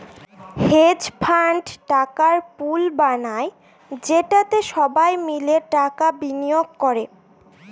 hedge fund টাকার pool বানায় যেটাতে সবাই মিলে টাকা বিনিয়োগ করে